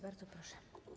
Bardzo proszę.